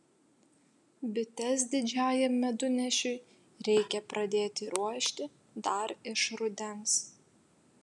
bites didžiajam medunešiui reikia pradėti ruošti dar iš rudens